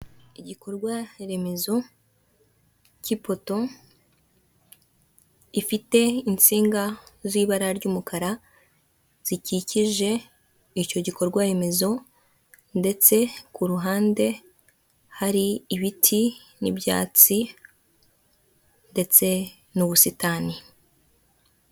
Igikorwa remezo cy'ipoto, ifite insinga z'ibara ry'umukara zikikije icyo gikorwa remezo ndetse ku ruhande hari ibiti n'ibyatsi ndetse n'ubusitani.